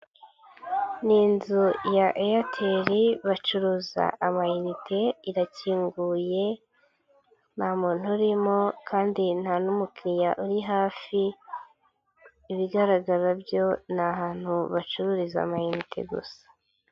Ni inzu ya Airtel, bacuruza amayinite, irakinguye, nta muntu urimo kandi nta n'umukiriya uri hafi, ibigaragara byo ni ahantu bacururiza amayinite gusa.